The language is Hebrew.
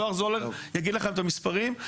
זוהר זולר יגיד לכם את המספרים,